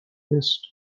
best